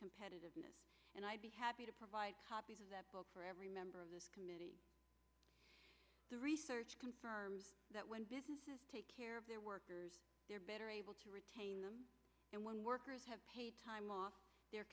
competitiveness and i'd be happy to provide copies of that book for every member of this committee the research confirms that when businesses take care of their workers they're better able to retain them and when workers have paid time off their